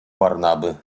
barnaby